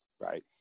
Right